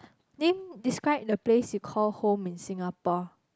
name describe the place you call home in Singapore